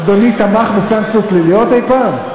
אדוני תמך בסנקציות פליליות אי-פעם?